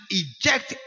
eject